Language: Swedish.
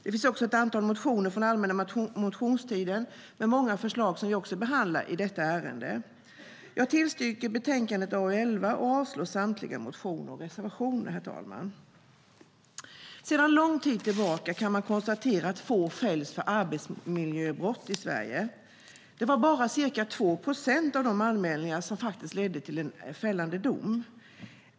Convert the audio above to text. Det finns också ett antal motioner från allmänna motionstiden med många förslag som vi behandlar i detta ärende. Jag tillstyrker förslaget i betänkande AU11 och avstyrker samtliga motioner och reservationer, herr talman. Sedan lång tid tillbaka kan man konstatera att få fälls för arbetsmiljöbrott i Sverige. Det var faktiskt bara ca 2 procent av anmälningarna som ledde till en fällande dom.